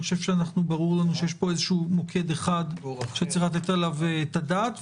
ברור לנו שיש פה איזשהו מוקד אחד שצריך לתת עליו את הדעת,